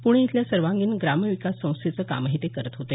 पुणे इथल्या सर्वांगीण ग्राम विकास संस्थेचं कामही ते करत होते